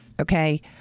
Okay